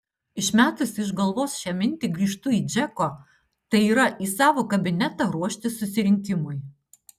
išmetusi iš galvos šią mintį grįžtu į džeko tai yra į savo kabinetą ruoštis susirinkimui